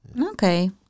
Okay